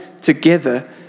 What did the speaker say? together